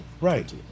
right